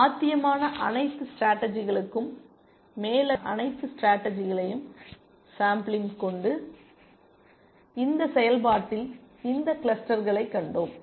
சாத்தியமான அனைத்து ஸ்டேடர்ஜிகளுக்கும் மேலதிக வரம்புகளைப் பெறுவதற்கான அனைத்து ஸ்டேடர்ஜிகளையும் சேம்பிலிங் கொண்டு இந்த செயல்பாட்டில் இந்த கிளஸ்டர்களை கண்டோம்